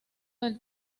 del